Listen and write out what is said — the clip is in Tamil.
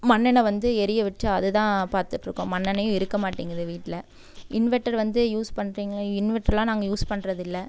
மண்ணெண்ண வந்து எறிய வச்சு அதுதான் பார்த்துட்ருக்கோம் மண்ணெண்ணையும் இருக்க மாட்டேங்குது வீட்டில் இன்வெட்டர் வந்து யூஸ் பண்ணுறிங்களா இன்வெட்டரெலாம் நாங்கள் யூஸ் பண்ணுறதில்ல